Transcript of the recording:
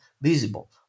visible